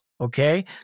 Okay